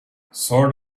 sort